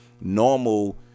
normal